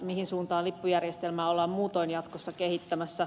mihin suuntaan lippujärjestelmää ollaan muutoin jatkossa kehittämässä